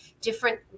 different